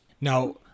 now